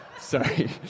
sorry